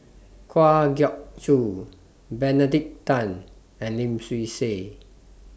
Kwa Geok Choo Benedict Tan and Lim Swee Say